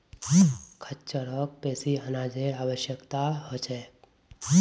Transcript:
खच्चरक बेसी अनाजेर आवश्यकता ह छेक